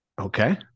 Okay